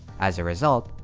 as a result,